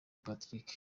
patrick